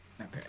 okay